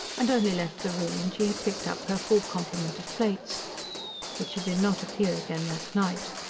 and only left the room when she had picked up her full complement of plates but she did not appear again that night.